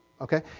Okay